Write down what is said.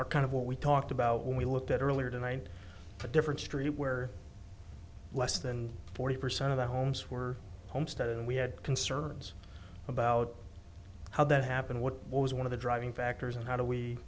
are kind of what we talked about when we looked at earlier tonight a different street where less than forty percent of the homes were homestead and we had concerns about how that happened what was one of the driving factors and how do we